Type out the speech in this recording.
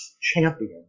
champion